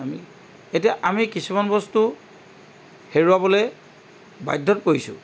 আমি এতিয়া আমি কিছুমান বস্তু হেৰুৱাবলৈ বাধ্যত পৰিছোঁ